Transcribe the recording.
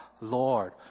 Lord